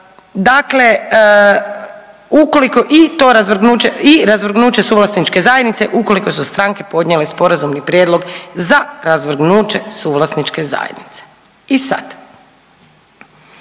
razvrgnuće, i razvrgnuće suvlasničke zajednice ukoliko su stranke podnijele sporazumni prijedlog za razvrgnuće suvlasničke zajednice. I sad